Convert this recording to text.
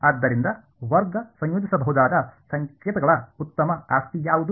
ಆದ್ದರಿಂದ ವರ್ಗ ಸಂಯೋಜಿಸಬಹುದಾದ ಸಂಕೇತಗಳ ಉತ್ತಮ ಆಸ್ತಿ ಯಾವುದು